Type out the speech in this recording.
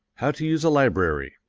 how to use a library